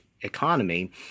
economy